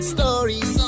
Stories